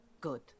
Good